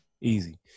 Easy